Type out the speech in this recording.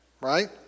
right